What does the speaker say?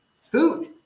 food